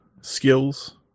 skills